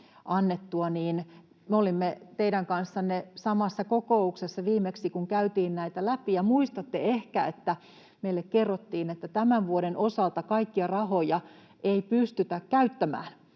olimme teidän kanssanne samassa kokouksessa viimeksi, kun käytiin näitä läpi, ja muistatte ehkä, että meille kerrottiin, että tämän vuoden osalta kaikkia rahoja ei pystytä käyttämään